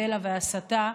בלע והסתה,